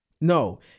no